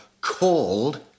called